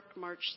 March